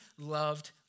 loved